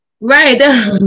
right